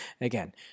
again